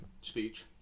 Speech